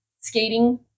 skating